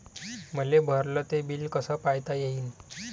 मले भरल ते बिल कस पायता येईन?